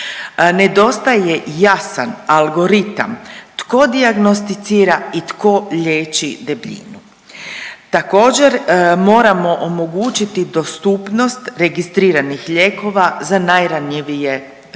Nedostaje jasan algoritam tko dijagnosticira i tko liječi debljinu. Također moramo omogućiti dostupnost registriranih lijekova za najranjivije skupine.